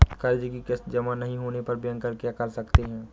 कर्ज कि किश्त जमा नहीं होने पर बैंकर क्या कर सकते हैं?